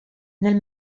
nel